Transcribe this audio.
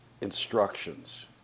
instructions